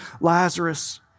Lazarus